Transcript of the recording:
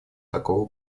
такого